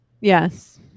yes